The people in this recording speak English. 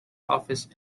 office